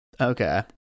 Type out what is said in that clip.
Okay